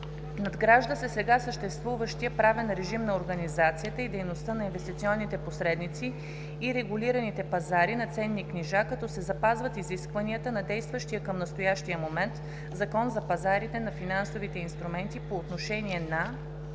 Надгражда се сега съществуващият правен режим на организацията и дейността на инвестиционните посредници и регулираните пазари на ценни книжа, като се запазват изискванията на действащия към настоящия момент Закон за пазарите на финансови инструменти по отношение на